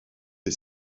est